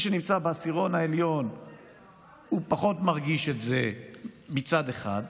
שנמצא בעשירון העליון פחות מרגיש את זה מצד אחד,